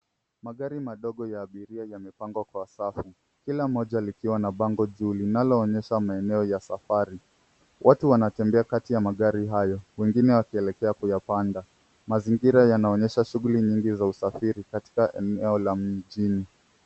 Magari madogo ya abiria yamepangwa kwa safu, kila moja likiwa na bango juu linaloonyesha maeneo ya safari. Watu wanatembea kati ya magari hayo wengine wakielekea kuyapanda. Mazingira yanaonyesha shughuli nyingi za usafiri katika eneo la mjini.